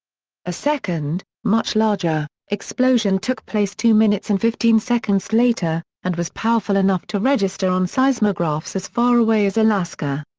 a second, much larger, explosion took place two minutes and fifteen seconds later, and was powerful enough to register on seismographs as far away as alaska.